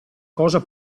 cosa